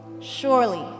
Surely